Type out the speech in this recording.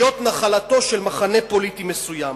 להיות נחלתו של מחנה פוליטי מסוים.